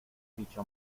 bicho